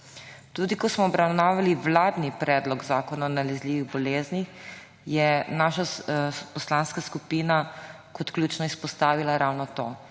Tudi ko smo obravnavali vladni predlog zakona o nalezljivih boleznih, je naša poslanska skupina kot ključno izpostavila ravno to,